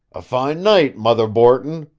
a fine night, mother borton,